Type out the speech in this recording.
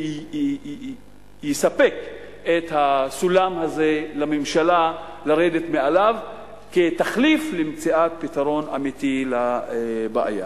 שיספק את הסולם הזה לממשלה לרדת בו כתחליף למציאת פתרון אמיתי לבעיה.